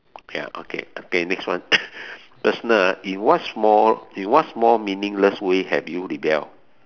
okay okay okay next one personal ah in what small in what small meaningless way have you rebelled